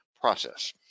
process